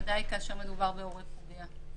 בוודאי כאשר מדובר בהורה פוגע.